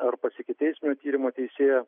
ar pas ikiteisminio tyrimo teisėją